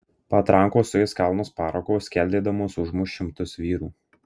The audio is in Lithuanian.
patrankos suės kalnus parako skeldėdamos užmuš šimtus vyrų